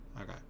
Okay